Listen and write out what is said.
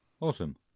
awesome